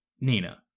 Nina